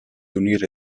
unire